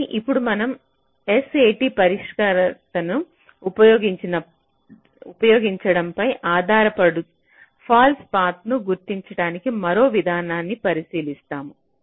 కాబట్టి ఇప్పుడు మనం SAT పరిష్కారతను ఉపయోగించడంపై ఆధారపడు ఫాల్స్ పాత్ న్ని గుర్తించడానికి మరొక విధానాన్ని పరిశీలిస్తాము